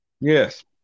Yes